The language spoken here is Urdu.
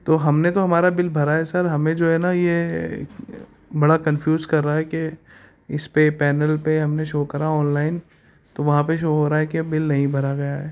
تو ہم نے تو ہمارا بل بھرا ہے سر ہمیں جو ہے نا یہ بڑا کنفیوز کر رہا ہے کہ اس پہ پینل پہ ہم نے شو کرا آن لائن تو وہاں پہ شو ہو رہا ہے کہ یہ بل نہیں بھرا گیا ہے